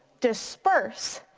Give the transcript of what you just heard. disperse,